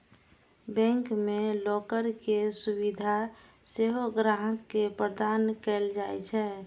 bank मे locker के सुविधा सेहो ग्राहक के प्रदान कैल जाइ छै